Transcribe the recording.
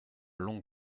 longue